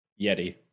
Yeti